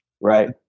Right